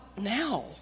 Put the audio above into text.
now